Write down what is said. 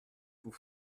vous